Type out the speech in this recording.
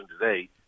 today